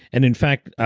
and in fact,